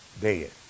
dead